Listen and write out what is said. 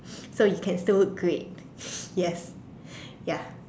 so you can still great yes ya